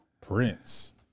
Prince